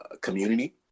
community